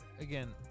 again